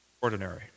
ordinary